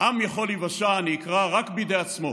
"עם יכול להיוושע" אני אקרא, "רק בידי עצמו".